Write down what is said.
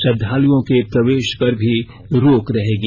श्रद्धालुओं के प्रवेश पर भी रोक रहेगी